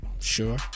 Sure